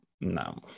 no